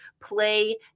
play